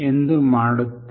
ಎಂದು ಮಾಡುತ್ತೇವೆ